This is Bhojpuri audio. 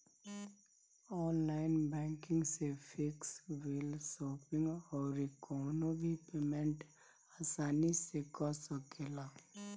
ऑनलाइन बैंकिंग से फ़ीस, बिल, शॉपिंग अउरी कवनो भी पेमेंट आसानी से कअ सकेला